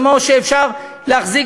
אפשר להחזיק